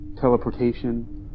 teleportation